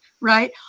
right